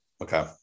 Okay